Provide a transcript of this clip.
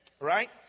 Right